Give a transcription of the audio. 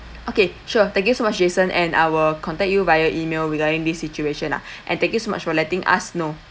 okay sure thank you so much jason and I will contact you via email regarding the situation lah and thank you so much for letting us know